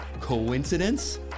Coincidence